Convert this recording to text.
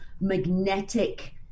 magnetic